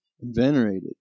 venerated